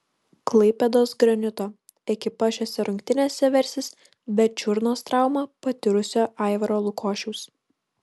klaipėdos granito ekipa šiose rungtynėse versis be čiurnos traumą patyrusio aivaro lukošiaus